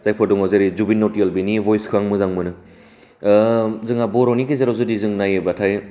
जायफोर दं जेरै जुबिन नौटियाल बेनि भइसखौ आं मोजां मोनो